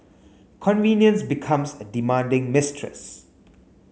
convenience becomes a demanding mistress